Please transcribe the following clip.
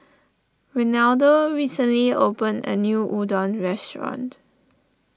Renaldo recently opened a new Udon restaurant